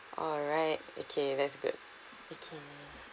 alright okay that's good okay